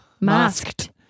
Masked